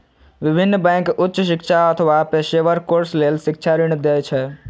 विभिन्न बैंक उच्च शिक्षा अथवा पेशेवर कोर्स लेल शिक्षा ऋण दै छै